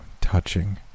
touching